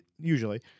usually